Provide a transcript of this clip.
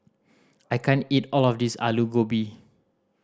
I can't eat all of this Alu Gobi